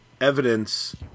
evidence